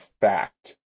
fact